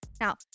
Now